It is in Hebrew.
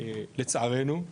לצערנו,